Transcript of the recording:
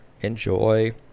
enjoy